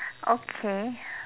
okay